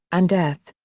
and death.